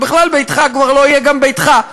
ובכלל ביתך כבר לא יהיה גם ביתך,